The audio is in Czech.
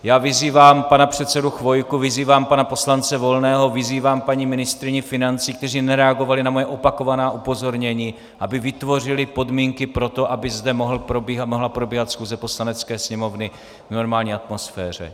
Já vyzývám pana předsedu Chvojku, vyzývám pana poslance Volného, vyzývám paní ministryni financí, kteří nereagovali na moje opakovaná upozornění, aby vytvořili podmínky pro to, aby zde mohla probíhat schůze Poslanecké sněmovny v normální atmosféře.